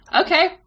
Okay